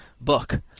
book